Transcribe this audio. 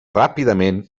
ràpidament